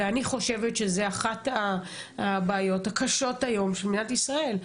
אני חושבת שזו אחת הבעיות הקשות היום של מדינת ישראל.